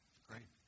Great